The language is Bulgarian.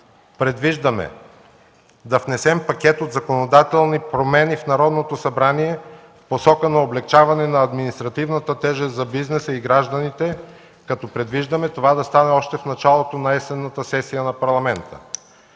Предвиждаме да внесем пакет от законодателни промени в Народното събрание в посока на облекчаване на административната тежест за бизнеса и гражданите, като предвиждаме това да стане още в началото на есенната сесия на Парламента.